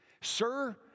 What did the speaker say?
Sir